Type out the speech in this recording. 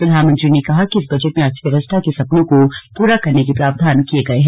प्रधानमंत्री ने कहा कि इस बजट में अर्थव्यवस्था के सपनों को पूरा करने के प्रावधान किये गये हैं